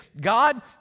God